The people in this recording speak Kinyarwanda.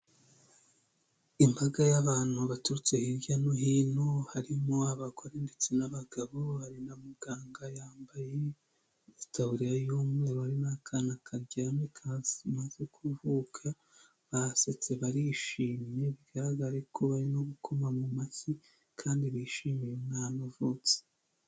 Imbaga y'abantu baturutse hirya no hino harimo abagore ndetse n'abagabo, hari na muganga yambaye itabuririya y'umweru n'akana karyamye kasinziriye kamaze kuvuka basetse barishimye ,bigaragare ko barimo gukoma mu mashyi kandi bishimiye umwana uvutse.